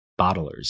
bottlers